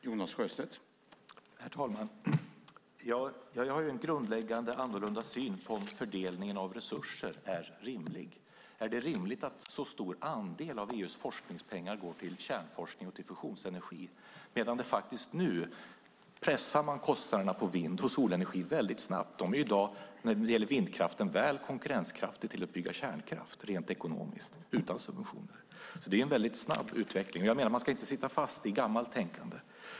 Herr talman! Jag har en grundläggande annorlunda syn på om fördelningen av resurser är rimlig. Är det rimligt att en så stor andel av EU:s forskningspengar går till kärnforskning och till fusionsenergi, medan man redan nu pressar kostnaderna på vind och solenergi snabbt. Vindkraften är i dag rent ekonomiskt utan subventioner väl konkurrenskraftig i jämförelse med byggande av kärnkraft. Det är en väldigt snabb utveckling. Jag menar att man inte ska sitta fast i gammalt tänkande.